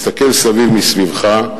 תסתכל מסביבך,